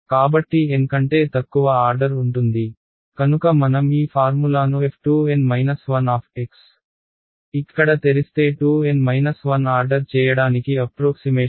కాబట్టి N కంటే తక్కువ ఆర్డర్ ఉంటుంది కనుక మనం ఈ ఫార్ములాను f2N 1 ఇక్కడ తెరిస్తే 2 N 1 ఆర్డర్ చేయడానికి అప్ప్రోక్సిమేషన్ వస్తుంది